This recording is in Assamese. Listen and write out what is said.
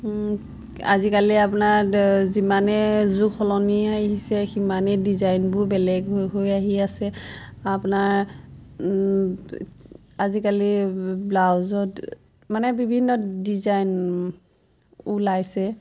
আজিকালি আপোনাৰ যিমানে যুগ সলনি আহিছে সিমানেই ডিজাইনবোৰ বেলেগ হৈ হৈ আহি আছে আপোনাৰ আজিকালি ব্লাউজত মানে বিভিন্ন ডিজাইন ওলাইছে